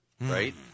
right